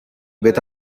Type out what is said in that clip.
with